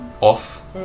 off